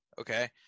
Okay